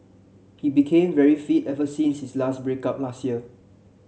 he became very fit ever since his last break up last year